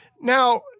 Now